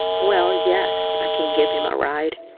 well yes, i can give him a ride,